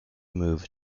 move